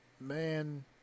Man